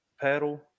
paddle